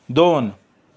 दोन